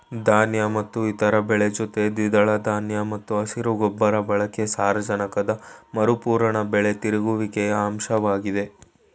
ಧಾನ್ಯ ಮತ್ತು ಇತರ ಬೆಳೆ ಜೊತೆ ದ್ವಿದಳ ಧಾನ್ಯ ಮತ್ತು ಹಸಿರು ಗೊಬ್ಬರ ಬಳಕೆ ಸಾರಜನಕದ ಮರುಪೂರಣ ಬೆಳೆ ತಿರುಗುವಿಕೆಯ ಅಂಶವಾಗಿದೆ